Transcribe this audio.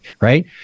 right